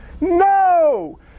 No